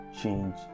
change